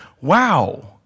Wow